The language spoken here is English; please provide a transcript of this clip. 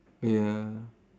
ya